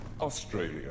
Australia